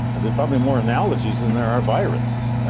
there are probably more analogies than there are virus.